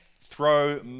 throw